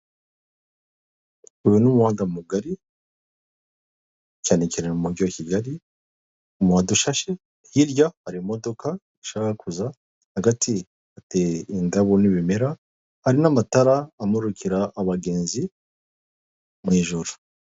Uyu ni umuhanda mugari, cyane cyane mu mujyi wa kigali, umuhanda ushashe, hirya hari imodoka ishaka kuza, hagati hateye indabo n'ibimera, harimo amatara amurikira abagenzi mu ijoro.